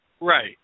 Right